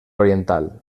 oriental